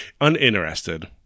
uninterested